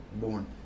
born